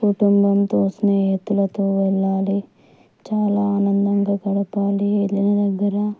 కుటుంబంతో స్నేహితులతో వెళ్ళాలి చాలా ఆనందంగా గడపాలీ వెళ్ళిన దగ్గర